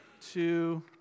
two